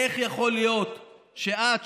איך יכול להיות שאת,